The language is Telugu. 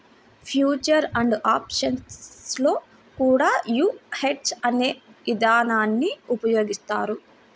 ఫ్యూచర్ అండ్ ఆప్షన్స్ లో కూడా యీ హెడ్జ్ అనే ఇదానాన్ని ఉపయోగిత్తారు